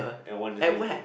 and one is